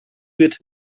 wird